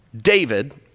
David